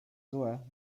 złe